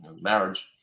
marriage